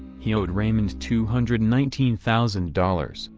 he owed raymond two hundred nineteen thousand dollars,